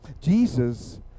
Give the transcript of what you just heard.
Jesus